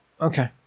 okay